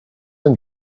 and